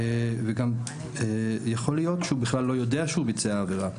גם יכול להיות שהוא בכלל לא יודע שהוא ביצע עבירה,